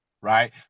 Right